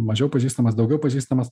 mažiau pažįstamas daugiau pažįstamas